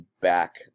back